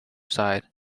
side